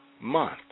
month